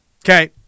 Okay